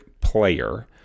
player